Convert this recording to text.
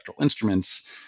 instruments